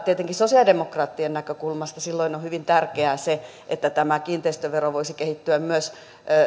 tietenkin sosialidemokraattien näkökulmasta silloin on hyvin tärkeää se että tämä kiinteistövero voisi kehittyä myös